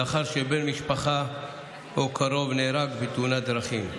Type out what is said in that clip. לאחר שבן משפחה או קרוב נהרג בתאונת דרכים.